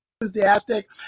Enthusiastic